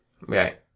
Right